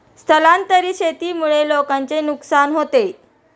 स्थलांतरित शेतीमुळे लोकांचे नुकसान होते